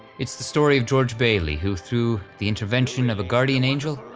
it's the story of george bailey who, through the intervention of a guardian angel,